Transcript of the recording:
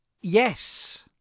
Yes